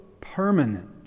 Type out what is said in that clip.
permanent